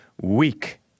weak